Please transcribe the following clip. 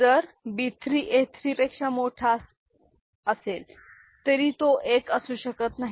जर B3 A3 पेक्षा मोठा असेल तरी तो एक असू शकत नाही